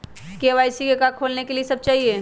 KYC का का खोलने के लिए कि सब चाहिए?